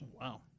Wow